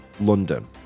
London